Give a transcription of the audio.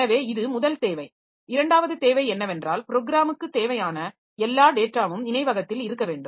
எனவே இது முதல் தேவை இரண்டாவது தேவை என்னவென்றால் ப்ரோக்ராமுக்குத் தேவையான எல்லா டேட்டாவும் நினைவகத்தில் இருக்க வேண்டும்